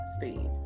speed